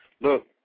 Look